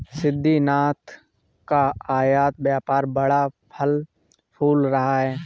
सिद्धिनाथ का आयत व्यापार बड़ा फल फूल रहा है